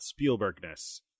spielbergness